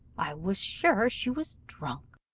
i was sure she was drunk.